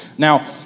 Now